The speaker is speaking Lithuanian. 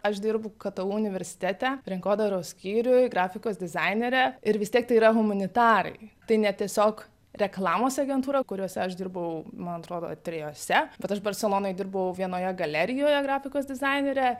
aš dirbu ktu universitete rinkodaros skyriuj grafikos dizainere ir vis tiek tai yra humanitarai tai ne tiesiog reklamos agentūra kuriose aš dirbau man atrodo trijose bet aš barselonoj dirbau vienoje galerijoje grafikos dizainere